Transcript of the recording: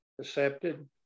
accepted